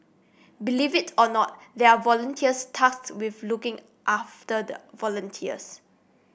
believe it or not there are volunteers tasked with looking after the volunteers